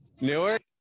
Newark